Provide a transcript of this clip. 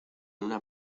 una